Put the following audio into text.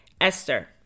Esther